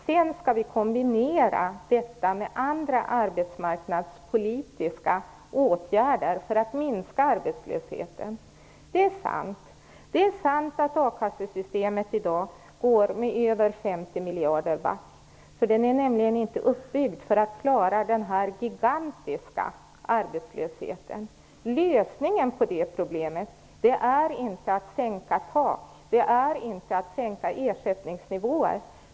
Sedan skall detta kombineras med andra arbetsmarknadspolitiska åtgärder för att minska arbetslösheten. Det är sant att a-kassesystemet i dag går back med över 50 miljarder. Det är nämligen inte uppbyggt för att klara denna gigantiska arbetslöshet. Lösningen på detta problem är inte att sänka taket eller ersättningsnivåerna.